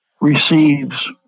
receives